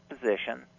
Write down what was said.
position